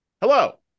Hello